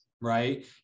right